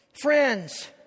friends